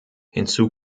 hinzu